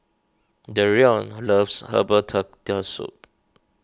Dereon loves Herbal Turtle Soup